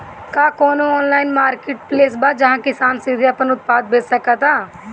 का कोनो online marketplace बा जहां किसान सीधे अपन उत्पाद बेच सकता?